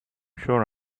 sure